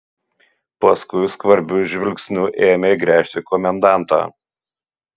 paskui skvarbiu žvilgsniu ėmė gręžti komendantą